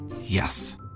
Yes